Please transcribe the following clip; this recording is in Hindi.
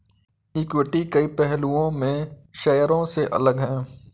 इक्विटी कई पहलुओं में शेयरों से अलग है